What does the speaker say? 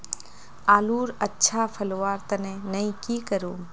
आलूर अच्छा फलवार तने नई की करूम?